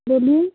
बोलिए